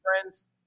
friends